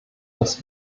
das